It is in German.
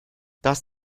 das